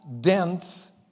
dense